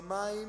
בעתיד.